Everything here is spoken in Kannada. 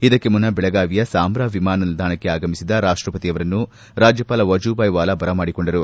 ಇದಕ್ಕೆ ಮುನ್ನ ಚೆಳಗಾವಿಯ ಸಾಂಬ್ರಾ ವಿಮಾನ ನಿಲ್ದಾಣಕ್ಕೆ ಆಗಮಿಸಿದ ರಾಷ್ಟಪತಿಯವರನ್ನು ರಾಜ್ಯಪಾಲ ವಜೂಭಾಯಿ ವಾಲಾ ಬರಮಾಡಿಕೊಂಡರು